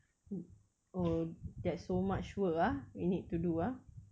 ugh oh that's so much work ah you need to do ah